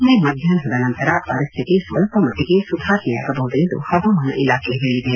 ಈ ಮಧ್ಯಾಪ್ನದ ನಂತರ ಪರಿಸ್ಥಿತಿ ಸ್ವಲ್ಪ ಮಟ್ಟಗೆ ಸುಧಾರಣೆಯಾಗಬಹುದೆಂದು ಹವಾಮಾನ ಇಲಾಖೆ ಹೇಳದೆ